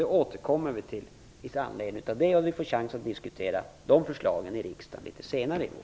Det återkommer vi till, så det kommer att finnas tillfälle att diskutera förslagen i riksdagen litet senare i vår.